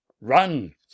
Run